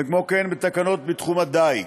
וכמו כן תקנות בתחום הדיג.